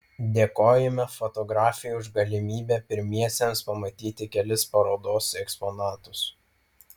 dėkojame fotografei už galimybę pirmiesiems pamatyti kelis parodos eksponatus